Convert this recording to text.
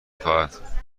خواهد